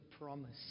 promise